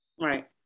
Right